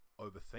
overthink